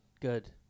good